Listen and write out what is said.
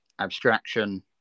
abstraction